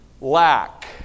lack